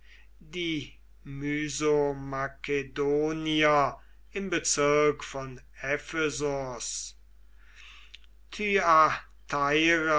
die mysomakedonier im bezirk von ephesos